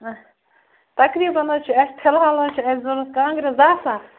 اَچھا تقریٖبن حظ چھُ اَسہِ فلحال حظ چھُ اَسہِ ضروٗرت کانٛگرٮ۪س دَہ ساس